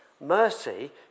Mercy